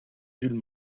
jules